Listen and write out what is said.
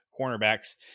cornerbacks